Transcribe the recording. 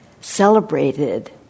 celebrated